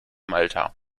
malta